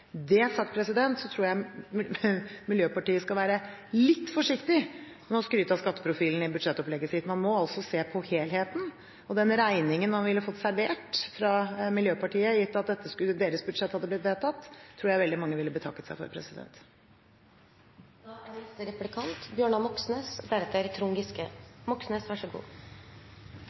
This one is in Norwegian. Det sagt tror jeg Miljøpartiet De Grønne skal være litt forsiktig med å skryte av skatteprofilen i budsjettopplegget sitt. Man må se på helheten, og den regningen man ville ha fått servert fra Miljøpartiet De Grønne, gitt at deres budsjett hadde blitt vedtatt, tror jeg veldig mange ville ha betakket seg for.